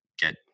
get